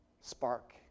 spark